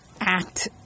act